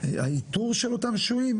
האיתור של אותם שוהים?